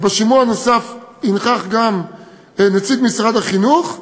ובשימוע הנוסף ינכח גם נציג משרד החינוך,